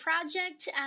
project